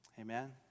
Amen